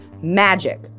MAGIC